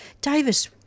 Davis